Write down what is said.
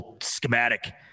schematic